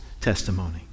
testimony